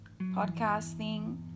podcasting